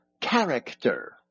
character